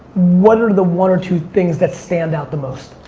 what are the one or two things that stand out the most?